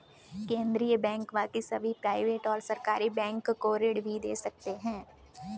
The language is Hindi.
केन्द्रीय बैंक बाकी सभी प्राइवेट और सरकारी बैंक को ऋण भी दे सकते हैं